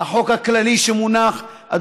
החוק הכללי שמונח לפתחנו,